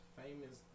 famous